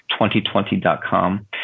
2020.com